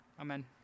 amen